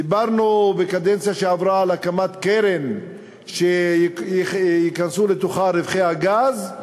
דיברנו בקדנציה שעברה על הקמת קרן שייכנסו לתוכה רווחי הגז.